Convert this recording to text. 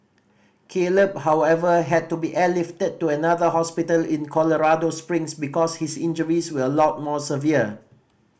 Caleb however had to be airlifted to another hospital in Colorado Springs because his injuries were a lot more severe